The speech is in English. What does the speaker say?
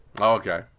okay